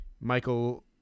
Michael